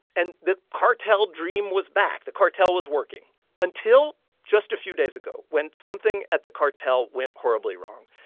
and the cartel dream was back. the cartel was working until just a few days ago, when something at the cartel went horribly wrong.